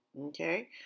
Okay